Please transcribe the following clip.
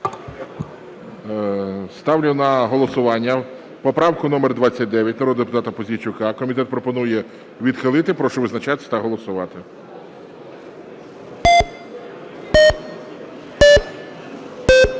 Ставлю на голосування поправку номер 29, народного депутата Пузійчука. Комітет пропонує відхилити. Прошу визначатись та голосувати.